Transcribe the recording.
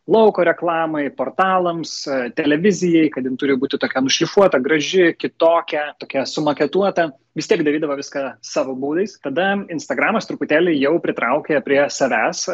lauko reklamai portalams televizijai kad ji turi būti tokia nušlifuota graži kitokia tokia sumaketuota vis tiek darydavo viską savo būdais tada instagramas truputėlį jau pritraukė prie savęs